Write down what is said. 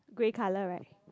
grey color right